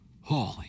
Holy